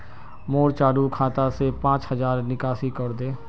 मोर चालु खाता से पांच हज़ारर निकासी करे दे